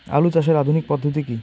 আলু চাষের আধুনিক পদ্ধতি কি?